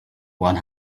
one